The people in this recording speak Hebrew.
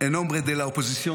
דברים בשפה הספרדית.)